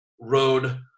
road